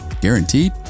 Guaranteed